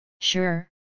Sure